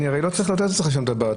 אני הרי לא צריך לאותת לך שאני רוצה לדבר,